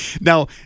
Now